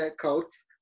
coats